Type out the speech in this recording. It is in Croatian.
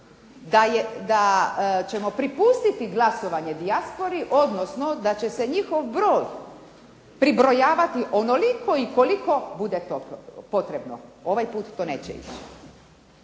da ćemo pripustiti glasovanje dijaspori, odnosno da će se njihov broj pribrojavati onoliko i koliko bude potrebno. Ovaj put to neće ići.